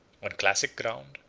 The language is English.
on classic ground,